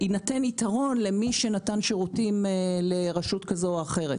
"יינתן יתרון למי שנתן שירותים לרשות כזו או אחרת".